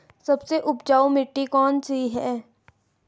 सबसे उपजाऊ मिट्टी कौन सी है?